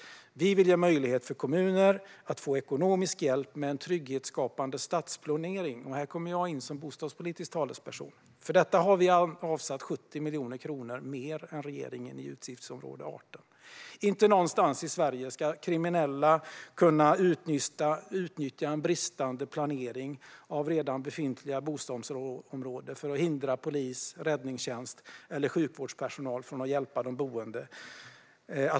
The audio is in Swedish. Vi vill ge möjlighet för kommuner att få ekonomisk hjälp med en trygghetsskapande stadsplanering, och här kommer jag in som bostadspolitisk talesperson. För detta har vi avsatt 70 miljoner kronor mer än regeringen på utgiftsområde 18. Inte någonstans i Sverige ska kriminella kunna utnyttja en bristande planering av befintliga bostadsområden för att hindra polis, räddningstjänst eller sjukvårdspersonal från att hjälpa de boende.